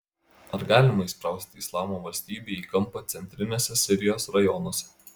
ar galima įsprausti islamo valstybę į kampą centriniuose sirijos rajonuose